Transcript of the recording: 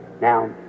Now